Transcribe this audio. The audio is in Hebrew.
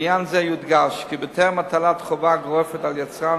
בעניין זה יודגש כי בטרם הטלת חובה גורפת על יצרן